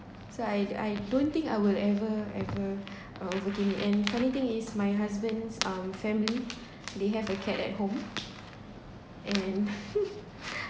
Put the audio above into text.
so I I don't think I will ever ever uh overcame it and funny thing is my husband's family they have a cat at home and